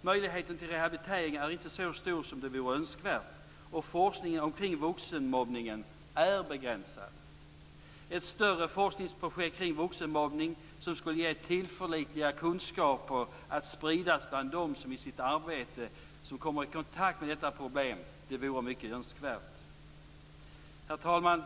Möjligheterna till rehabilitering är inte så stor som det vore önskvärt, och forskningen omkring vuxenmobbning är begränsad. Ett större forskningsprojekt kring vuxenmobbning, som skulle ge tillförlitliga kunskaper att spridas bland dem som i sitt arbete kommer i kontakt med detta problem, vore mycket önskvärt. Herr talman!